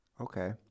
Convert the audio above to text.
Okay